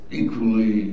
equally